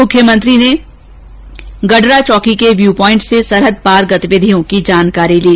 मुख्यमंत्री अशोक गहलोत ने गडरा चौकी के व्यू पॉइंट से सरहद पार गतिविधियों की जानकारी ली